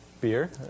Beer